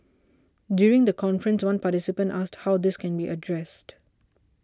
during the conference one participant asked how this can be addressed